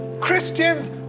Christians